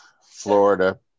Florida